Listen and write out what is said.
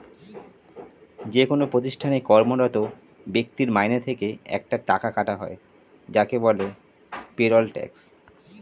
যেকোন প্রতিষ্ঠানে কর্মরত ব্যক্তির মাইনে থেকে একটা টাকা কাটা হয় যাকে বলে পেরোল ট্যাক্স